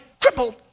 crippled